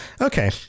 okay